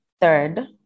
third